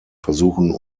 versuchen